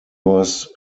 was